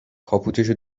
کاپوتشو